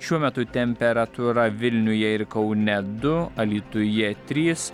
šiuo metu temperatūra vilniuje ir kaune du alytuje trys